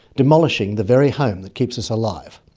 demolishing the very home that keeps us alive.